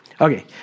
Okay